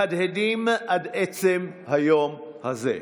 מהדהדים עד עצם היום הזה.